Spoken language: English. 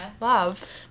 love